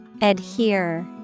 Adhere